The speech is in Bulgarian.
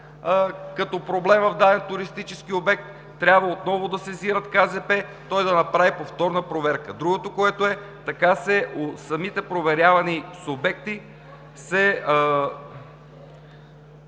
проблем в даден туристически обект, трябва отново да сезират КЗП, която да направи повторна проверка. Другото е, че в самите проверявани субекти се